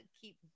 keep